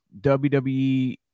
WWE